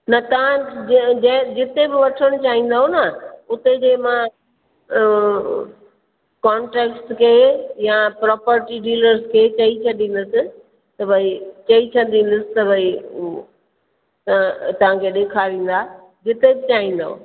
न तव्हां जंहिं जंहिं जिते बि वठणु चाहींदव न उते जी मां कोंट्रेक्ट खे यां प्रोपर्टी डीलर खे चई छॾींदसि के भई चई छॾींदसि त भई त तव्हां खे ॾेखारींदा जिते बि चाहींदव